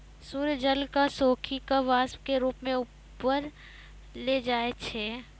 सूर्य जल क सोखी कॅ वाष्प के रूप म ऊपर ले जाय छै